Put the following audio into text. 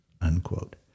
unquote